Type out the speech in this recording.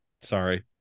sorry